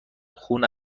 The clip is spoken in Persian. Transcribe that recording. خون